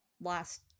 last